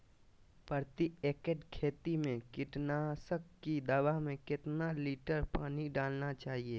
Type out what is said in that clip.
प्रति एकड़ खेती में कीटनाशक की दवा में कितना लीटर पानी डालना चाइए?